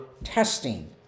testing